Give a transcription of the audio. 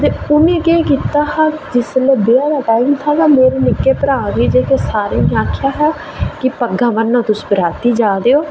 ते उ'नें केह् कीता हा जिसलै ब्याह् दा टाइम था ना ते मेरे निक्के भ्राऽ गी सारें गी आखेआ हा कि पग्गां ब'न्नो तुस बाराती जा दे ओ